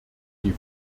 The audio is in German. die